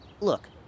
Look